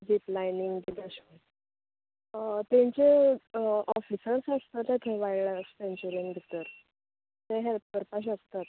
zip lining बी अशें तेंचे ऑफिसान आसतले थंय वाय्ल्ड लाय्फ सॅन्चुरीन भितर थंय हॅल्प करपा शकतात